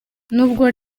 nubwo